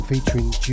Featuring